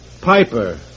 Piper